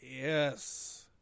yes